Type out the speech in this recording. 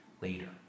later